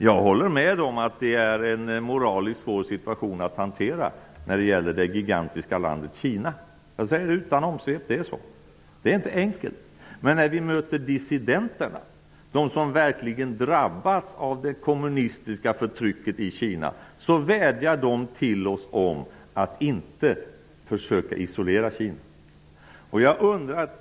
Jag håller med om att det är en moraliskt svår situation att hantera när det gäller det gigantiska landet Kina. Jag säger det utan omsvep. Det är så. Det är inte enkelt. Men när vi möter dissidenterna, de som verkligen drabbas av det kommunistiska förtrycket i Kina, vädjar de till oss om att inte försöka isolera Kina.